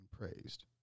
praised